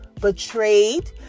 betrayed